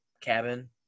cabin